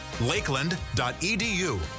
Lakeland.edu